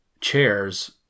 chairs